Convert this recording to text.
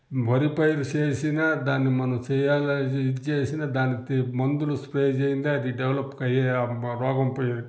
వరి పైరు చేసినా దాన్ని మనం చెయ్యాలి ఇద్ చేసినా దాని తె మందులు స్ప్రే చేయందే అది డెవలప్ అయ్యే రోగం పోయేది